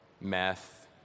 meth